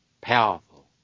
powerful